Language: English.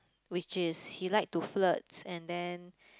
which is he like to flirts and then